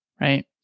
Right